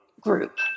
group